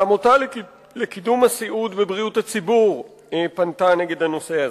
העמותה לקידום הסיעוד ובריאות הציבור פנתה נגד הנושא הזה,